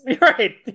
Right